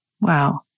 Wow